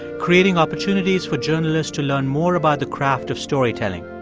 creating opportunities for journalists to learn more about the craft of storytelling.